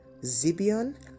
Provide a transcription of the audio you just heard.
zibion